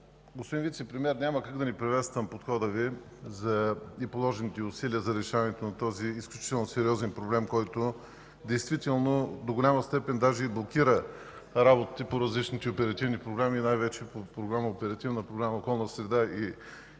Господин Вицепремиер, няма как да не приветствам подхода Ви и положените усилия за решаването на този изключително сериозен проблем, който до голяма степен даже и блокира работите по различните оперативни програми и най-вече по Оперативна програма „Околна среда“ и